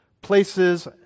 places